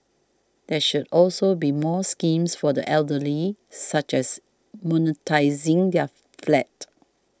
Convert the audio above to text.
there should also be more schemes for the elderly such as monetising their flat